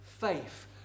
faith